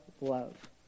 love